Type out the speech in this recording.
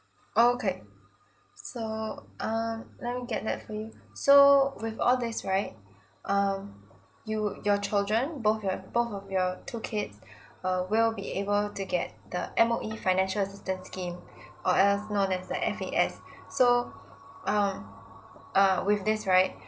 okay so um let me get that for you so with all these right um you'd your children both your both of your two kids uh will be able to get the M_O_E financial assistance scheme or else known as the F_A_S so um uh with this right